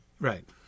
Right